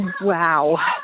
wow